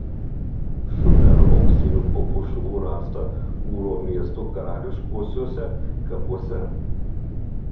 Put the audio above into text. šumerų auksinių papuošalų rasta ūro miesto karališkuosiuose kapuose